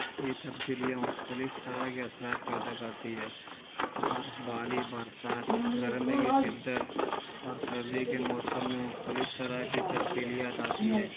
یہ تبدیلیاں مختلف طرح کے اثرات پیدا کرتی ہے برف باری برسات گرمی کی شدّت اور سردی کے موسم میں مبتلب طرح کی تبدیلیاں آتی ہے